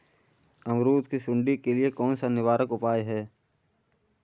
अमरूद की सुंडी के लिए कौन सा निवारक उपाय है?